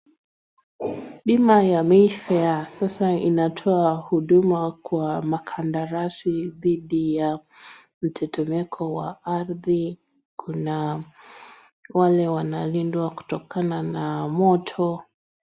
Bima ya Mayfair sasa inatoa huduma kwa makandarasi dhidi ya mtetemeko wa ardhi kuna wale wanalindwa kutokana na moto.